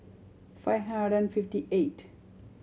five hundred and fifty eight